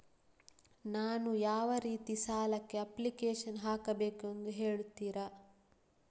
ನಾನು ಯಾವ ರೀತಿ ಸಾಲಕ್ಕೆ ಅಪ್ಲಿಕೇಶನ್ ಹಾಕಬೇಕೆಂದು ಹೇಳ್ತಿರಾ?